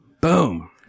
boom